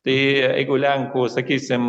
tai jeigu lenkų sakysim